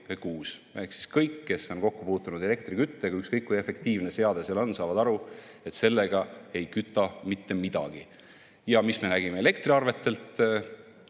Kõik, kes on kokku puutunud elektriküttega, ükskõik kui efektiivne seade neil on, saavad aru, et sellega ei küta mitte midagi. Mis me nägime elektriarvetelt?